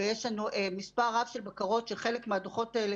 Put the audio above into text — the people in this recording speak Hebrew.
ויש לנו מספר רב של בקרות שחלק מהדוחות האלה